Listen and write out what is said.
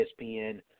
ESPN